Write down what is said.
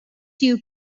you